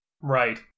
Right